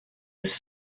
his